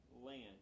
land